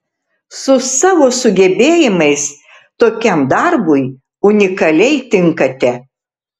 su savo sugebėjimais tokiam darbui unikaliai tinkate